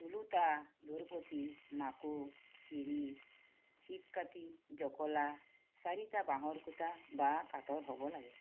টোলোঠা দুৰপতি মাকো চিৰি চিপকাঠি জখলা চাৰিটা বাঁহৰ খুটা বা কাঠৰ হ'ব লাগে